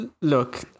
look